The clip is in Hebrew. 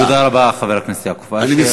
תודה רבה, חבר הכנסת יעקב אשר.